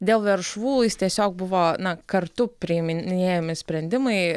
dėl veršvų jis tiesiog buvo na kartu priiminėjami sprendimai